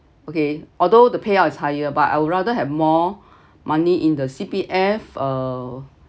okay although the payout is higher but I would rather have more money in the C_P_F uh